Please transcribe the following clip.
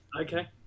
Okay